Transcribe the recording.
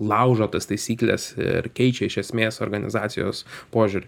laužo tas taisykles ir keičia iš esmės organizacijos požiūrį